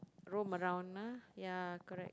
roam around ah ya correct